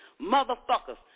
motherfuckers